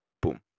boom